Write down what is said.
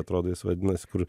atrodo jis vadinasi kur